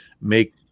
make